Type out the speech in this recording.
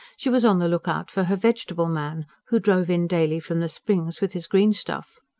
she was on the look-out for her vegetable man, who drove in daily from the springs with his greenstuff.